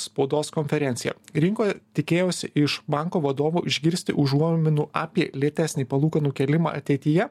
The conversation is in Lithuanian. spaudos konferencija rinkoj tikėjausi iš banko vadovų išgirsti užuominų apie lėtesnį palūkanų kėlimą ateityje